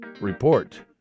Report